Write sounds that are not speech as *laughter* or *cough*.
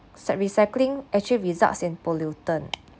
set recycling actually results in pollutant *noise*